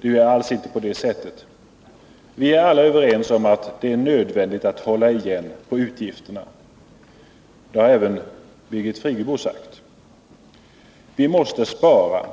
Det är alls icke på det sättet. Vi är alla överens om att det är nödvändigt att vi håller igen på utgifterna. Det har även Birgit Friggebo sagt. Vi måste spara.